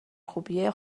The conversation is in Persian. خوبیه